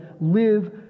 live